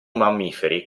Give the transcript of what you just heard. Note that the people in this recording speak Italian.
mammiferi